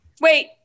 Wait